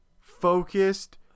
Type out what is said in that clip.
focused